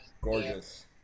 gorgeous